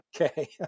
okay